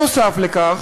נוסף על כך,